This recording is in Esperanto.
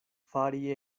fari